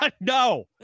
No